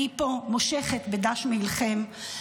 אני פה מושכת בדש מעילכם.